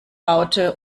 raute